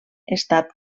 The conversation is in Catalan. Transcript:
estat